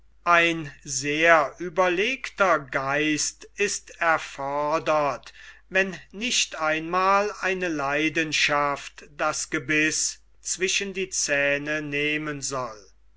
ein sehr überlegter geist ist erfordert wenn nicht ein mal eine leidenschaft das gebiß zwischen die zähne nehmen soll